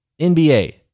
NBA